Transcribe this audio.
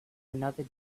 another